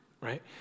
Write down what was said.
right